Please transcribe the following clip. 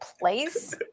place